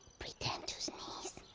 pretend to sneeze.